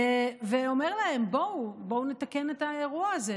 ואומר להם: בואו נתקן את האירוע הזה,